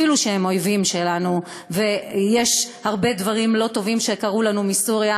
הגם שהם אויבים שלנו ויש הרבה דברים לא טובים שקרו לנו מסוריה,